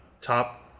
top